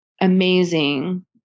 amazing